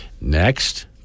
Next